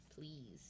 Please